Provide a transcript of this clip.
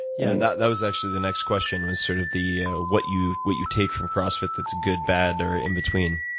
and that that was actually the next question, was sort of what you what you take from cross fit that's good, bad, or in between.